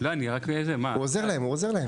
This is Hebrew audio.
--- הוא עוזר להם.